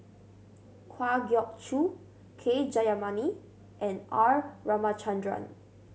Kwa Geok Choo K Jayamani and R Ramachandran